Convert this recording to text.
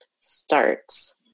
starts